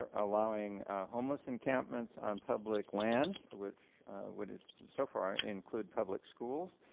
allowing homeless encampments on public land which would so far include public schools,